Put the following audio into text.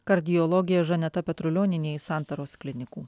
kardiologė žaneta petrulionienė iš santaros klinikų